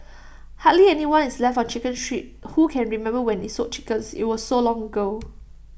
hardly anyone is left on chicken street who can remember when IT sold chickens IT was so long ago